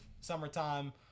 summertime